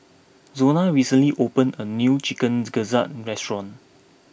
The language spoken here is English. Zona recently opened a new Chicken Gizzard restaurant